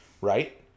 Right